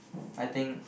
I think